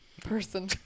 person